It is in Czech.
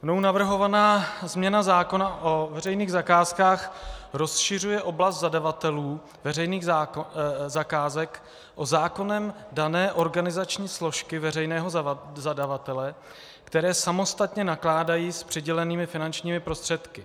Mnou navrhovaná změna zákona o veřejných zakázkách rozšiřuje oblast zadavatelů veřejných zakázek o zákonem dané organizační složky veřejného zadavatele, které samostatně nakládají s přidělenými finančními prostředky.